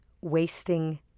wasting